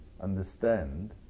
understand